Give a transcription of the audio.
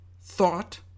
thought